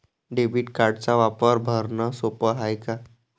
Debit कार्डचा वापर भरनं सोप हाय का?